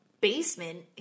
basement